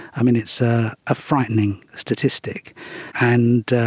um and it's ah a frightening statistic and,